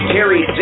Terry